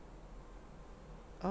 oh